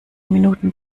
minuten